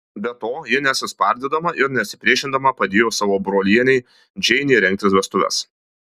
be to ji nesispardydama ir nesipriešindama padėjo savo brolienei džeinei rengti vestuves